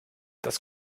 das